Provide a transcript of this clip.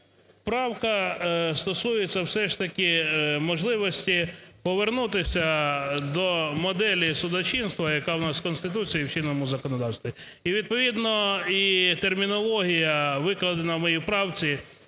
Правка стосується все ж таки можливості повернутися до моделі судочинства, яка в нас в Конституції і в чинному законодавстві. І відповідно, і термінологія, викладена в моїй правці,